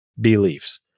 beliefs